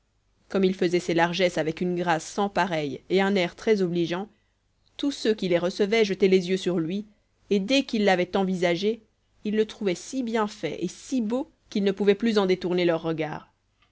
comme il faisait ses largesses avec une grâce sans pareille et un air trèsobligeant tous ceux qui les recevaient jetaient les yeux sur lui et dès qu'ils l'avaient envisagé ils le trouvaient si bien fait et si beau qu'ils ne pouvaient plus en détourner leurs regards